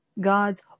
God's